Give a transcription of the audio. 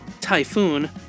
Typhoon